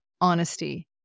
honesty